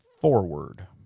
forward